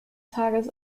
tages